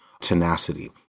tenacity